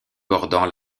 bordant